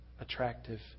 attractive